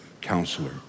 counselor